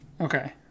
okay